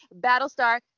Battlestar